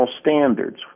standards